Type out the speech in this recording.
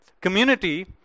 community